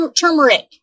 turmeric